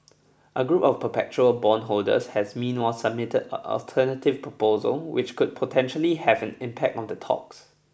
a group of perpetual bondholders has meanwhile submitted of alternative proposal which could potentially have an impact on the talks